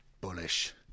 bullish